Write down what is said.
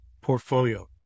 portfolio